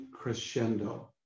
crescendo